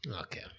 Okay